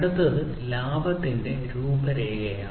അടുത്തത് ലാഭത്തിന്റെ രൂപരേഖയാണ്